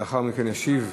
לאחר מכן ישיב,